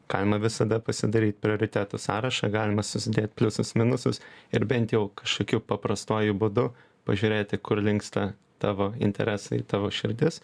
galima visada pasidaryt prioritetų sąrašą galima susidėt pliusus minusus ir bent jau kažkokiu paprastuoju būdu pažiūrėti kur linksta tavo interesai tavo širdis